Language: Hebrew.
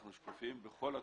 אנחנו שקופים בכל התחומים,